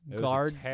guard